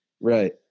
right